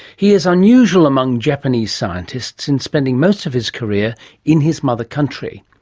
he is unusual among japanese scientists in spending most of his career in his mother country.